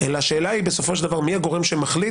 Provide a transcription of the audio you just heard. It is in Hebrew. אלא השאלה היא בסופו של דבר מי הגורם שמחליט